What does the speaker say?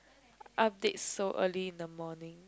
update so early in the morning